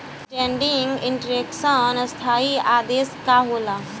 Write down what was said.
Standing instruction स्थाई आदेश का होला?